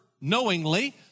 knowingly